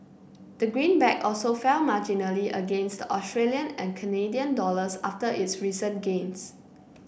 the green back also fell marginally against the Australian and Canadian dollars after its recent gains